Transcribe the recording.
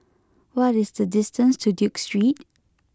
what is the distance to Duke Street